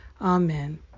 Amen